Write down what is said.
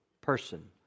person